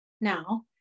now